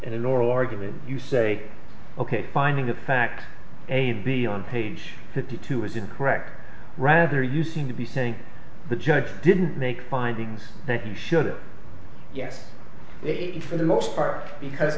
in an oral argument you say ok finding the facts and be on page fifty two is incorrect rather you seem to be saying the judge didn't make findings that you shouldn't get it for the most part because